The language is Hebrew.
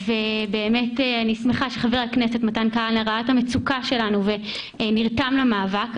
ואני שמחה שחבר הכנסת מתן כהנא ראה את המצוקה שלנו ונרתם למאבק.